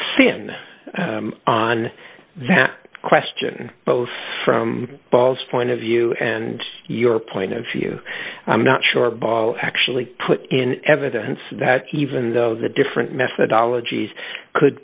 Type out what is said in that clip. soon on that question both from paul's point of view and your point of view i'm not sure ball actually put in evidence that even though the different methodologies could